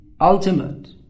ultimate